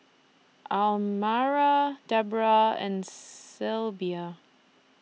Almyra Debroah and Sybilla